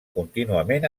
contínuament